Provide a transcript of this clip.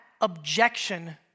objection